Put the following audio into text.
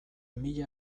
mila